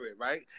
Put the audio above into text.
right